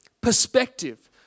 Perspective